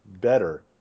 better